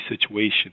situation